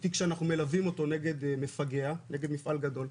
בתיק שאנחנו מלווים אותו נגד מפגע, נגד מפעל גדול,